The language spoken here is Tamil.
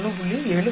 61 71